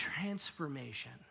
transformation